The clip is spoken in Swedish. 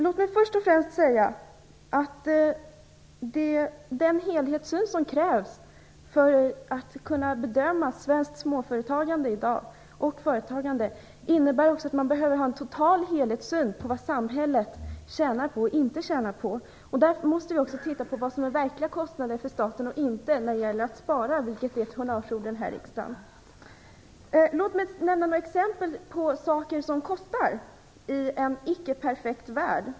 Låt mig först och främst säga att den helhetssyn som krävs för att man skall kunna bedöma svenskt småföretagande och annat företagande i dag också innebär att man behöver en total helhetssyn på vad samhället tjänar på och inte tjänar på. När det gäller att spara, vilket är ett honnörsord i den här riksdagen, måste vi därför också titta på vad som är verkliga kostnader för staten och vad som inte är det. Låt mig ge några exempel på saker som kostar i en icke-perfekt värld.